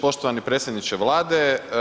Poštovani predsjedniče Vlade.